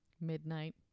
midnight